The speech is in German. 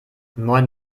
moin